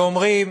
ואומרים: